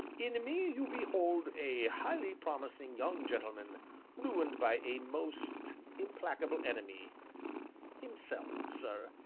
in me you behold a highly promising young gentleman ruined by a most implacable enemy himself, sir.